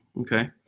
okay